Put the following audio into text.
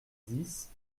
dix